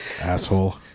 Asshole